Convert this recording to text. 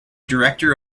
director